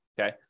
Okay